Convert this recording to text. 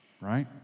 right